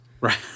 Right